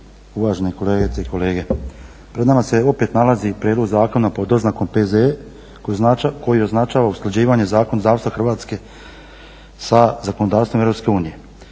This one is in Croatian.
uvaženi kolegice i kolege. Pred nama se opet nalazi prijedlog zakona pod oznakom PZE koji označava usklađivanje zakonodavstva Hrvatske sa zakonodavstvom Europske unije.